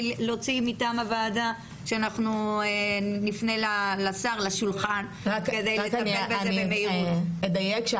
להוציא מטעם הוועדה שאנחנו נפנה לשר לקדם את זה במהירות.